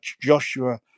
Joshua